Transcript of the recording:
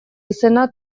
izena